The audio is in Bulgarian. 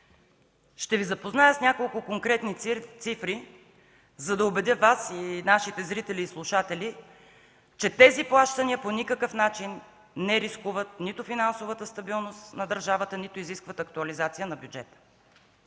Ще Ви запозная с няколко конкретни числа, за да убедя Вас, нашите зрители и слушатели, че тези плащания по никакъв начин не рискуват нито финансовата стабилност на държавата, нито изискват актуализация на бюджета.